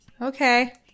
Okay